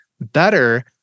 Better